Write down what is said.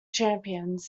champions